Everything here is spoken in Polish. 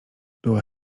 była